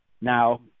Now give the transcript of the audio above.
now